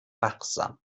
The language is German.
wachsam